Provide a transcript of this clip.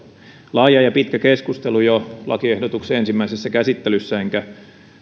laaja ja pitkä keskustelu jo lakiehdotuksen ensimmäisessä käsittelyssä enkä